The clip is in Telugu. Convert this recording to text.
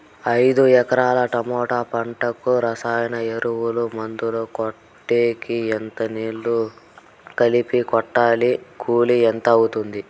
ఐదు ఎకరాల టమోటా పంటకు రసాయన ఎరువుల, మందులు కొట్టేకి ఎంత నీళ్లు కలిపి కొట్టాలి? కూలీ ఎంత అవుతుంది?